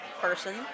person